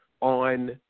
on